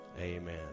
Amen